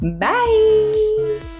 Bye